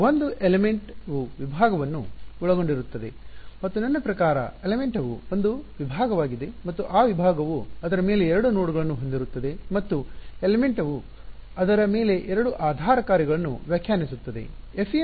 ಒಂದು ಅಂಶ ಎಲಿಮೆಂಟ್ ವು ವಿಭಾಗವನ್ನು ಒಳಗೊಂಡಿರುತ್ತದೆ ಮತ್ತು ನನ್ನ ಪ್ರಕಾರ ಅಂಶ ಎಲಿಮೆಂಟ್ ವು ಒಂದು ವಿಭಾಗವಾಗಿದೆ ಮತ್ತು ಆ ವಿಭಾಗವು ಅದರ ಮೇಲೆ 2 ನೋಡ್ಗಳನ್ನು ಹೊಂದಿರುತ್ತದೆ ಮತ್ತು ಅಂಶ ಎಲಿಮೆಂಟ್ ವು ಅದರ ಮೇಲೆ ಎರಡು ಆಧಾರ ಕಾರ್ಯಗಳನ್ನು ವ್ಯಾಖ್ಯಾನಿಸುತ್ತದೆ